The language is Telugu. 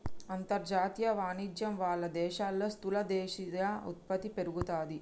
అంతర్జాతీయ వాణిజ్యం వాళ్ళ దేశాల్లో స్థూల దేశీయ ఉత్పత్తి పెరుగుతాది